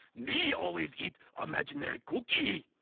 me always eat imaginary cookie.